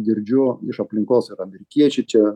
girdžiu iš aplinkos ir amerikiečiai čia